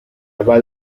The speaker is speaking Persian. بعد